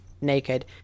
naked